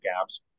gaps